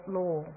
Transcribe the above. law